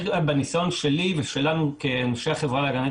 מהניסיון שלי ושלנו כאנשי החברה להגנת